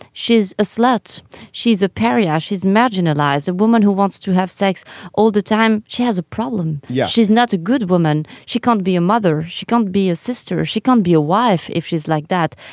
she's a slut she's a parish ah he's marginalized a woman who wants to have sex all the time. she has a problem. yeah she's not a good woman. she can't be a mother. she can't be a sister she can be a wife if she's like that.